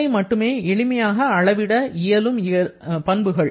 இவை மட்டுமே எளிமையாக அளவிட இயலும் பண்புகள்